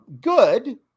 good